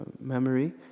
memory